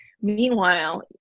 Meanwhile